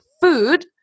food